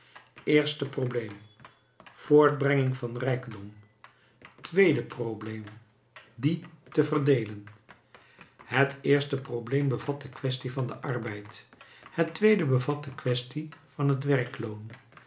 eerste probleem voortbrenging van rijkdom tweede probleem dien te verdeelen het eerste probleem bevat de quaestie van den arbeid het tweede bevat de quaestie van het werkloon